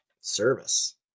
service